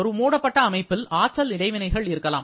ஒரு மூடப்பட்ட அமைப்பில் ஆற்றல் இடைவினைகள் இருக்கலாம்